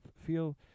feel